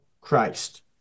Christ